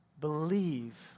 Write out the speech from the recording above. Believe